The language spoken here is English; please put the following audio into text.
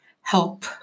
help